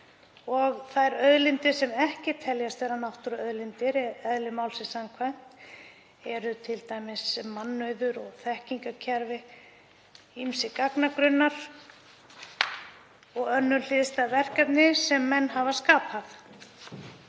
dæmi. Þær auðlindir sem ekki teljast vera náttúruauðlindir eðli málsins samkvæmt eru t.d. mannauður, þekkingarkerfi, ýmsir gagnagrunnar og önnur hliðstæð verkefni sem menn hafa skapað.